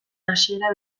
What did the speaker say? hasiera